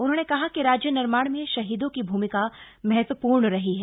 उन्होंने कहा कि राज्य निर्माण में शहीदों की भूमिका महत्वपूर्ण रही है